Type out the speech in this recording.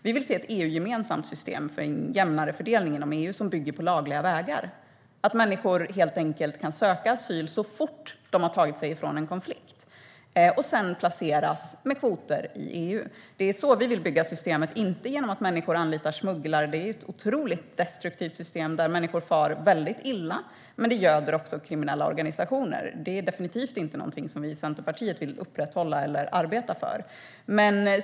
Vi vill se ett EU-gemensamt system för en jämnare fördelning inom EU, som bygger på lagliga vägar och på att människor kan söka asyl så fort de har tagit sig ifrån en konflikt och sedan placeras med kvoter i EU. Det är så vi vill bygga systemet, inte genom att människor anlitar smugglare. Det är ett otroligt destruktivt system där människor far väldigt illa, och det göder också kriminella organisationer. Det är definitivt inte något som vi i Centerpartiet vill upprätthålla eller arbeta för.